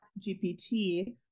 GPT